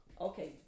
Okay